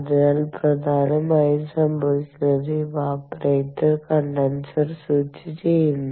അതിനാൽ പ്രധാനമായും സംഭവിക്കുന്നത് ഇവാപറേറ്റർ കണ്ടൻസർ സ്വിച്ചു ചെയുന്നു